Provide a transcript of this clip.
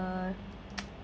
a